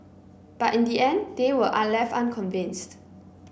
but in the end they were are left unconvinced